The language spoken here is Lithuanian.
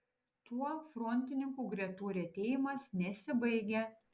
tuo frontininkų gretų retėjimas nesibaigia